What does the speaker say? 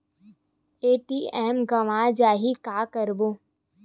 ATM गवां जाहि का करबो?